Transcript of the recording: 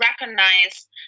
recognize